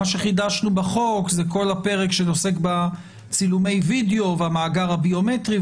מה שחידשנו בחוק זה כל הפרק שעוסק בצילומי וידאו והמאגר הביומטרי,